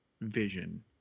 vision